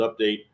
update